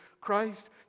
Christ